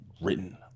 written